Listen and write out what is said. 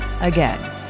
again